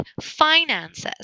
finances